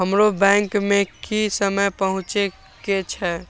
हमरो बैंक में की समय पहुँचे के छै?